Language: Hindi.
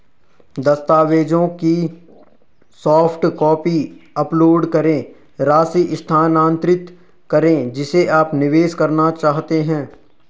दस्तावेजों की सॉफ्ट कॉपी अपलोड करें, राशि स्थानांतरित करें जिसे आप निवेश करना चाहते हैं